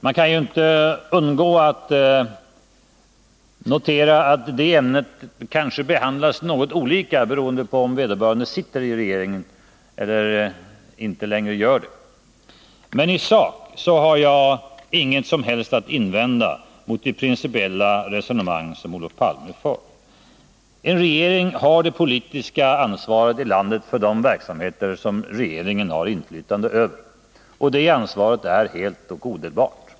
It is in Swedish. Man kan inte undgå att notera att det ämnet behandlas något olika beroende på om vederbörande nu sitter i regeringen eller inte längre gör detta. I sak har jag inget som helst att invända mot det principiella resonemang som Olof Palme för. En regering har det politiska ansvaret i landet för de verksamheter som regeringen har inflytande över. Och det ansvaret är helt och odelbart.